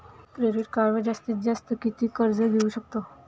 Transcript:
Credit कार्डवर जास्तीत जास्त किती कर्ज घेऊ शकतो?